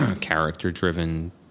character-driven